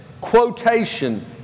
quotation